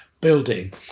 building